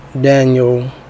Daniel